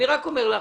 אני רק אומר לך